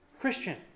Christian